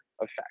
effect